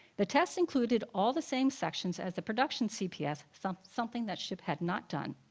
the tests included all the same sections as the production cps, something something that ship had not done.